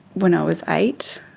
when i was eight.